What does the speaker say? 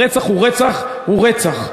הרצח הוא רצח הוא רצח,